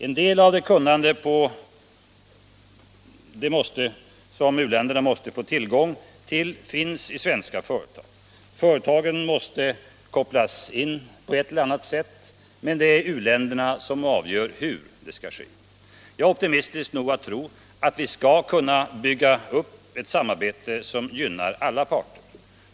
En del av det kunnande som u-länderna måste få tillgång till finns i svenska företag. Företagen måste alltså kopplas in på ett eller annat sätt — men det är u-länderna som avgör hur detta Internationellt utvecklingssamar skall ske. Jag är optimistisk nog att tro att vi skall kunna bygga upp ett samarbete som gynnar alla parter.